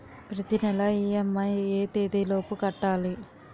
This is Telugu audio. ప్రతినెల ఇ.ఎం.ఐ ఎ తేదీ లోపు కట్టాలి?